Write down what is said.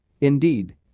indeed